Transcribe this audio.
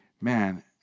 man